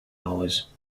hours